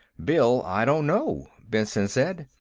bill, i don't know, benson said.